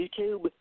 YouTube